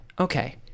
okay